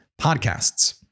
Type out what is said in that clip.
podcasts